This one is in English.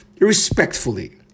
respectfully